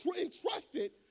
entrusted